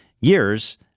years